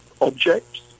objects